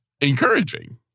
encouraging